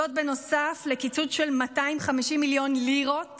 זאת נוסף על קיצוץ של 250 מיליון לירות